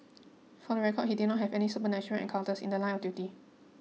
for the record he did not have any supernatural encounters in the line of duty